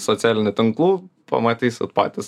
socialinių tinklų pamatysit patys